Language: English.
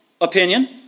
opinion